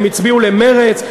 הם הצביעו למרצ,